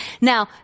now